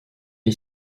est